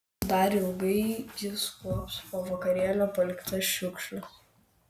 dar ilgai jis kuops po vakarėlio paliktas šiukšles